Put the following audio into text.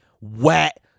wet